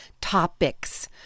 topics